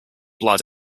blood